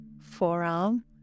forearm